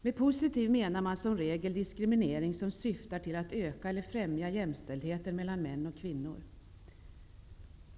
Med positiv könsdiskriminering menar man som regel diskriminering som syftar till att öka eller främja jämställdheten mellan män och kvinnor.